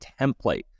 template